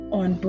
on